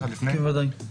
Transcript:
בוודאי.